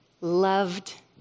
loved